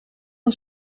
een